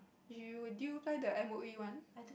you will did you apply the M_O_E one